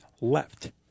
left